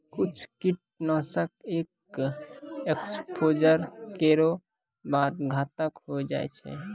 कुछ कीट नाशक एक एक्सपोज़र केरो बाद घातक होय जाय छै